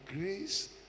grace